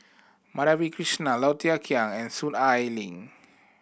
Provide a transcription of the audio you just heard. Madhavi Krishnan Low Thia Khiang and Soon Ai Ling